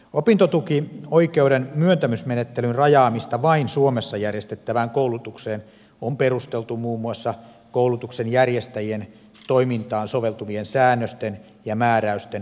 opintotukioikeuden myöntämismenettelyn rajaamista vain suomessa järjestettävään koulutukseen on perusteltu muun muassa koulutuksen järjestäjien toimintaan soveltuvien säännösten ja määräysten ennustettavuu den vuoksi